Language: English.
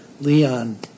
Leon